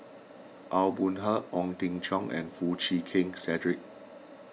Aw Boon Haw Ong Jin Teong and Foo Chee Keng Cedric